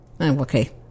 Okay